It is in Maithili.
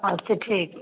अच्छा ठीक छै